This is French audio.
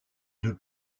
deux